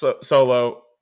Solo